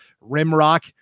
rimrock